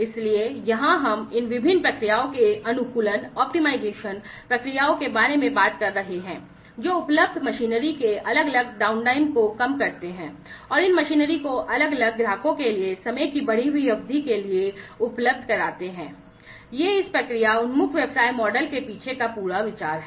इसलिए यहां हम इन विभिन्न प्रक्रियाओं के अनुकूलन ग्राहकों के लिए समय की बढ़ी हुई अवधि के लिए उपलब्ध कराना यह इस प्रक्रिया उन्मुख व्यवसाय मॉडल के पीछे का पूरा विचार है